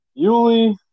Yuli